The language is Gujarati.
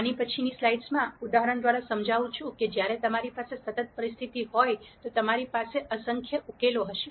આની પછીની સ્લાઇડ્સમાંના ઉદાહરણ દ્વારા સમજાવું છું જ્યારે તમારી પાસે સતત પરિસ્થિતિ હોય તો તમારી પાસે અસંખ્ય ઉકેલો હશે